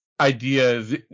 ideas